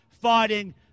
fighting